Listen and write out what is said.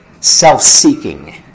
self-seeking